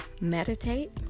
meditate